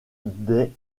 des